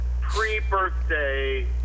pre-birthday